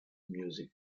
music